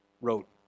wrote